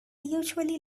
usually